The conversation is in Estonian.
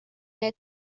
need